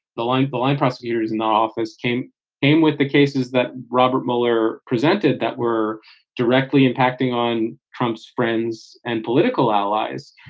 the line, the line prosecutors in the office came in with the cases that robert mueller presented that were directly impacting on trump's friends and political allies,